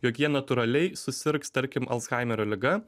jog jie natūraliai susirgs tarkim alzhaimerio liga